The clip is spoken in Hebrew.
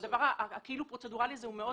הדבר הכאילו פרוצדורלי הזה הוא מאוד